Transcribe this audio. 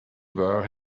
were